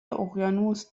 اقیانوس